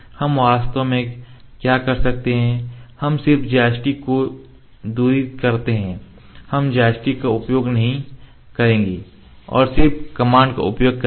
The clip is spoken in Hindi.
हम वास्तव में क्या करते हैं हम सिर्फ जॉयस्टिक को दूर करते हैं हम जॉयस्टिक का उपयोग नहीं करेंगे और सिर्फ कमांड का उपयोग करेंगे